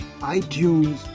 itunes